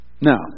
now